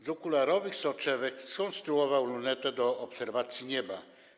Z okularowych soczewek skonstruował lunetę do obserwacji nieba.